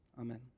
Amen